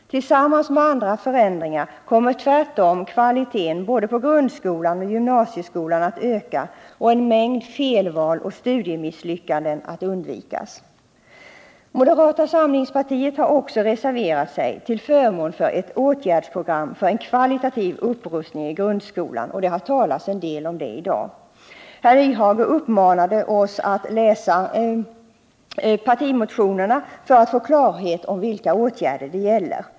Tillsammans med andra förändringar kommer kvaliteten både i grundskolan och i gymnasieskolan att öka och en mängd felval och studiemisslyckanden att undvikas. Moderata samlingspartiet har också reserverat sig till förmån för ett åtgärdsprogram för en kvalitativ upprustning i grundskolan, och det har talats en del om detta i dag. Hans Nyhage uppmanade oss att läsa moderaternas partimotioner för att få klarhet i vilka åtgärder det gäller.